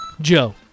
Joe